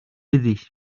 aidés